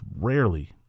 rarely